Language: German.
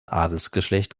adelsgeschlecht